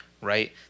right